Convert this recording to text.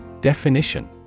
Definition